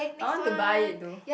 I want to buy it though